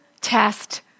test